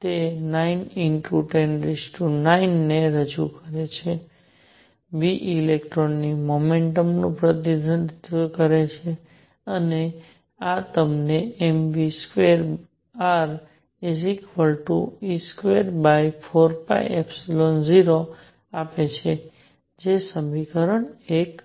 તે 9×109 ને રજૂ કરે છે v ઇલેક્ટ્રોનની મોમેન્ટમ નું પ્રતિનિધિત્વ કરે છે અને આ તમને mv2re24π0 આપે છે જે સમીકરણ 1 છે